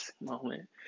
moment